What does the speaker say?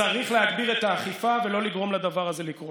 צריך להגביר את האכיפה ולא לגרום לדבר הזה לקרות.